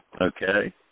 Okay